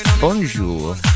bonjour